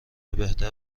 بهتر